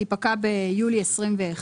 היא פקעה ביולי 2021,